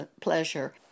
pleasure